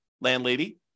landlady